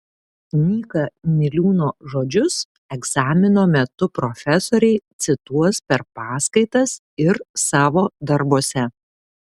nyka niliūno žodžius egzamino metu profesoriai cituos per paskaitas ir savo darbuose